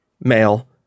male